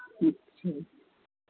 ठीक ठीक